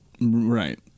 Right